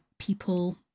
People